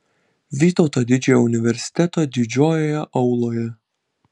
vytauto didžiojo universiteto didžiojoje auloje